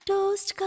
Toast